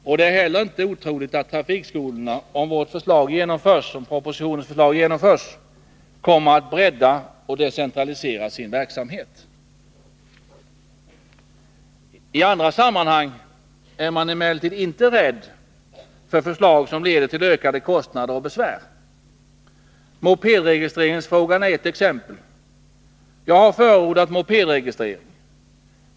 Det är väl heller inte otroligt att trafikskolorna — om propositionens förslag genomförs — kommer att bredda och decentralisera sin verksamhet. I andra sammanhang är man emellertid inte rädd för förslag som leder till ökade kostnader och besvär. Mopedregistreringsfrågan är ett exempel. Jag har förordat mopedregistrering.